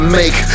make